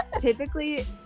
Typically